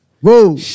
Whoa